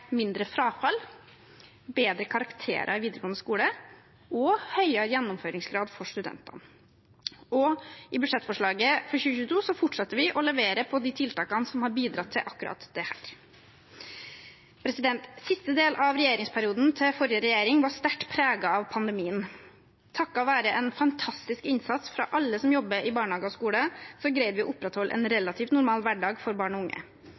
mindre frafall, bedre karakterer i videregående skole og høyere gjennomføringsgrad for studentene. I budsjettforslaget for 2022 fortsetter vi å levere på de tiltakene som har bidratt til akkurat dette. Siste del av regjeringsperioden til forrige regjering var sterkt preget av pandemien. Takket være en fantastisk innsats fra alle som jobber i barnehage og skole, greide vi å opprettholde en relativt normal hverdag for barn og unge.